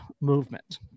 movement